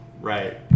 right